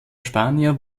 spanier